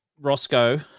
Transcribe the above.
roscoe